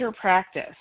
practice